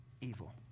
evil